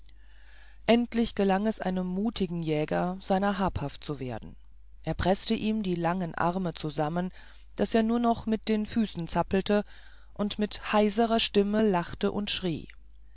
endlich gelang es einem mutigen jäger seiner habhaft zu werden er preßte ihm die langen arme zusammen daß er nur noch mit den füßen zappelte und mit heiserer stimme lachte und schrie